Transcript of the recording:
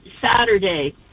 Saturday